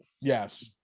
yes